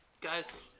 Guys